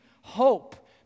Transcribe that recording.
hope